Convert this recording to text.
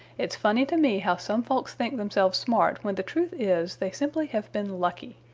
it's funny to me how some folks think themselves smart when the truth is they simply have been lucky.